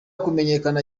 kumenyekana